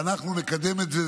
אנחנו נקדם את זה.